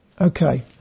Okay